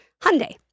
Hyundai